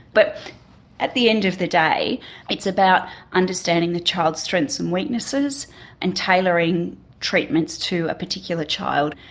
but at the end of the day it's about understanding the child's strengths and weaknesses and tailoring treatments to a particular child.